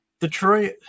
Detroit